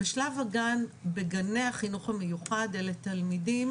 בשלב הגן בגני החינוך המיוחד אלה תלמידים